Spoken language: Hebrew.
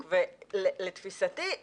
לתפיסתי,